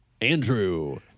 Andrew